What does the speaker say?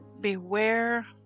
Beware